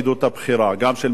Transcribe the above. גם של משרד המשפטים.